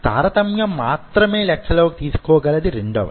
తారతమ్యం మాత్రమే లెక్కలోకి తీసుకొగలది రెండవది